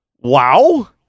wow